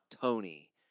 Tony